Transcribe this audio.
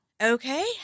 Okay